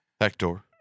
Hector